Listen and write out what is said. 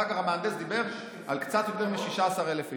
ואחר כך המהנדס דיבר על קצת יותר מ-16,000 איש.